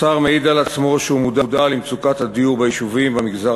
השר מעיד על עצמו שהוא מודע למצוקת הדיור ביישובים במגזר